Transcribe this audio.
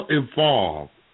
involved